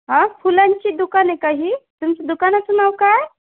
हा फुलांची दुकान आहे का ही तुमचं दुकानाचं नाव काय